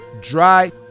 Dry